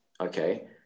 okay